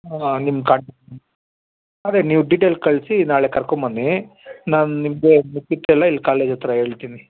ಹಾಂ ನಿಮ್ಮ ಕ ಅದೆ ನೀವು ಡಿಟೇಲ್ಸ್ ಕಳಿಸಿ ನಾಳೆ ಕರ್ಕೊಂಡ್ ಬನ್ನಿ ನಾನು ನಿಮಗೆ ಮಿಕ್ಕಿದ್ದೆಲ್ಲ ಇಲ್ಲಿ ಕಾಲೇಜ್ ಹತ್ರ ಹೇಳ್ತಿನಿ